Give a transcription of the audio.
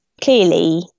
Clearly